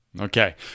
Okay